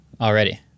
Already